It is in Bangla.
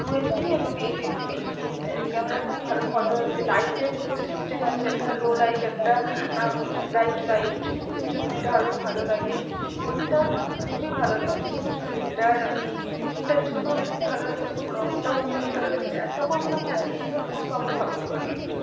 টু এমপি এবং এইট এমপি ক্যামেরা খুব ভালো ফটো আসে লাইটে দুটো সিস্টেম আছে একটা লো লাইট একটা ব্রাইট লাইট এর জন্য এটা আরও ভালো লাগে ফোনটা আমার খুবই ভালো লেগেছে এটার লুকটার জন্যও বেশি ভালো লেগেছে এবং রঙটাও খুব ভালো লেগেছে এত কম দামে এত সুন্দর ফোন পাব ভাবতে পারি নি